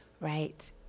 right